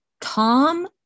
Tom